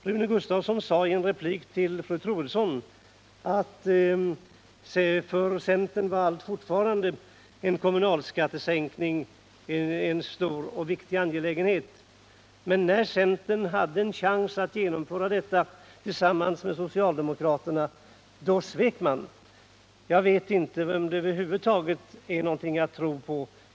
Rune Gustavsson sade i en replik till fru Troedsson att för centern var fortfarande en kommunalskattesänkning en stor och viktig angelägenhet, men när centern hade en chans att genomföra en sådan tillsammans med socialdemokraterna, då svek centern. Jag vet inte om centerpartiet är någonting att tro på.